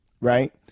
right